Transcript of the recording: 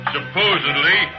Supposedly